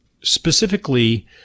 specifically